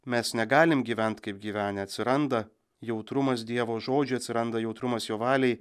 mes negalim gyvent kaip gyvenę atsiranda jautrumas dievo žodžio atsiranda jautrumas jo valiai